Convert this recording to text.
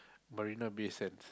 Marina Bay Sands